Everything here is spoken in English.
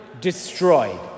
destroyed